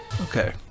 Okay